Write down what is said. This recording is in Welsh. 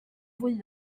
fwyaf